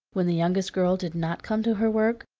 when the youngest girl did not come to her work,